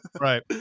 Right